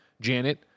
Janet